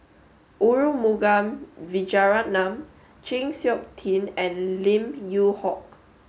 Arumugam Vijiaratnam Chng Seok Tin and Lim Yew Hock